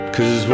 Cause